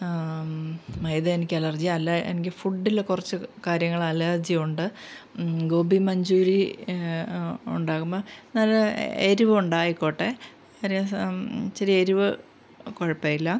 മൈദ എനിക്കലർജി അല്ല എനിക്ക് ഫുഡ്ഡിൽ കുറച്ച് കാര്യങ്ങളലർജിയുണ്ട് ഗോബി മഞ്ചൂരി ഉണ്ടാക്കുമ്പോൾ നല്ല എരിവുണ്ടായിക്കോട്ടെ ഒരു ദിവസം ഇച്ചിരി എരിവ് കുഴപ്പം ഇല്ല